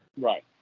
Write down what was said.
Right